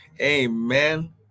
Amen